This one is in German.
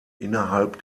innerhalb